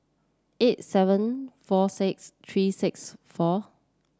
eight seven four six three six four